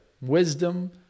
wisdom